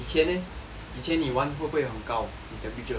以前你玩不会很高 the temperature